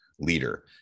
leader